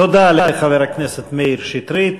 תודה לחבר הכנסת מאיר שטרית.